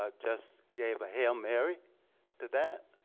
ah just gave a hail mary to that.